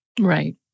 Right